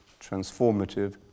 transformative